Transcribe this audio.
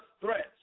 threats